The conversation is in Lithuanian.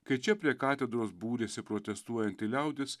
kai čia prie katedros būrėsi protestuojanti liaudis